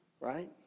right